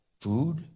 food